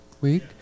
week